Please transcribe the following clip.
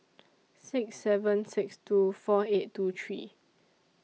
six seven six two four eight two three